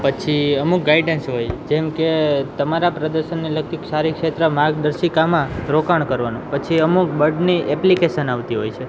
પછી અમુક ગાઈડન્સ હોય જેમ કે તમારે પ્રદેશોને લગતી સારી ક્ષેત્ર માર્ગદર્શિકામાં રોકાણ કરવાનું પછી અમુક બર્ડની એપ્લિકેસન આવતી હોય છે